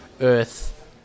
Earth